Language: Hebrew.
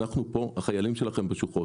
אנחנו כאן החיילים שלכם בשוחות.